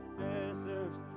deserts